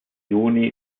juni